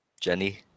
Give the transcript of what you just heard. Jenny